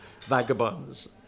vagabonds